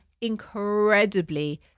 incredibly